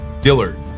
Dillard